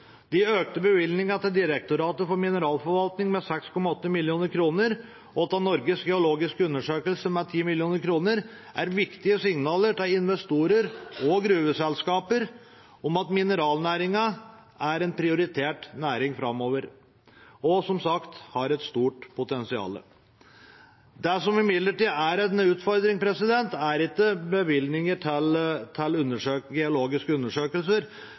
De økte bevilgningene til Direktoratet for mineralforvaltning med 6,8 mill. kr og til Norges geologiske undersøkelse med 10 mill. kr er viktige signaler til investorer og gruveselskaper om at mineralnæringen er en prioritert næring framover. Den har, som sagt, et stort potensial. Det som imidlertid er en utfordring, er ikke bevilgninger til geologiske undersøkelser.